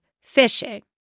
fishing